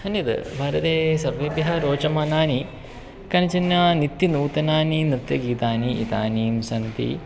अन्यत् भारते सर्वेभ्यः रोचमानानि कनिचन नित्यनूतनानि नृत्यगीतानि इदानीं सन्ति